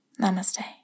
Namaste